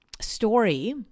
story